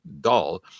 doll